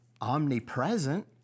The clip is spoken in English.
omnipresent